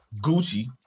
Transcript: gucci